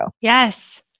Yes